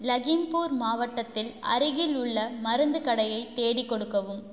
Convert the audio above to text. லகிம்பூர் மாவட்டத்தில் அருகிலுள்ள மருந்து கடையை தேடி கொடுக்கவும்